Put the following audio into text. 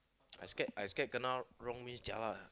I scared I scared kena wrong means jialat lah